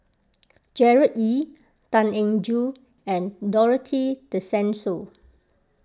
Gerard Ee Tan Eng Joo and Dorothy Tessensohn